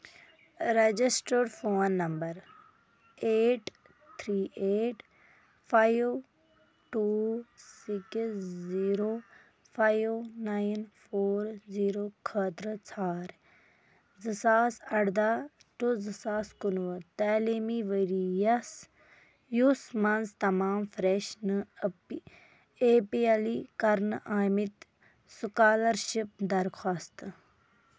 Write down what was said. registered phone number eight three eight five two six zero five nine four zero خٲطرٕ ژھار زٕ ساس اردَہ ٹو زٕ ساس کُنوُہ تعلیٖمی ورۍ یَس یُس مَنٛز تمام فریٚش نہ اے پی ایل ای کرنہٕ آمٕتۍ سُکالرشپ درخواستہٕ